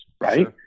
right